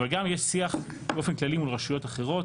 אבל גם יש שיח באופן כללי מול רשויות אחרות,